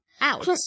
out